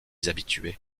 habitués